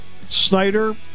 Snyder